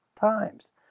times